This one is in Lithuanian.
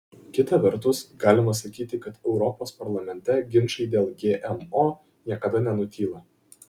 kita vertus galima sakyti kad europos parlamente ginčai dėl gmo niekada nenutyla